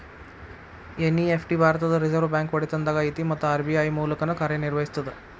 NEFT ಭಾರತದ್ Reserve Bank ಒಡೆತನದಾಗ ಐತಿ ಮತ್ತ ಆರ್.ಬಿ.ಐ ಮೂಲಕನ ಕಾರ್ಯನಿರ್ವಹಿಸ್ತದ